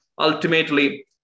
ultimately